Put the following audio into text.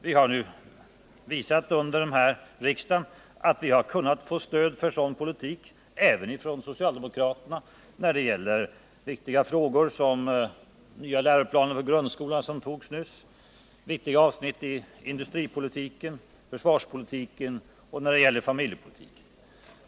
Vi har under denna riksdag visat att vi har kunnat få stöd för vår politik, även från socialdemokraterna, när det gäller så viktiga frågor som den nyligen antagna nya läroplanen för grundskolan, viktiga avsnitt i industripolitiken, försvarspolitiken och familjepolitiken.